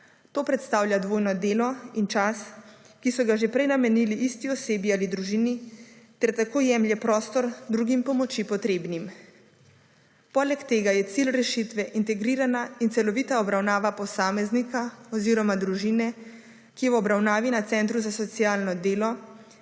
To predstavlja dvojno delo in čas, ki so ga že prej namenili isti osebi ali družini ter tako jemlje prostor drugim pomoči potrebnim. Poleg tega je cilj rešitve integrirana in celovita obravnava posameznika oziroma družine, ki v obravnavi na centru za socialno delo